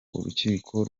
urukiko